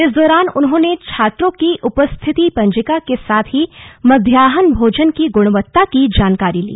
इस दौरान उन्होंने छात्रों की उपस्थित पंजिका के साथ ही मध्याहन भोजन की गुणवत्ता की जानकारी ली